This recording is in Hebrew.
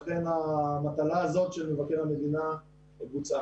לכן, המטרה הזאת של מבקר המדינה בוצעה.